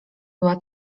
była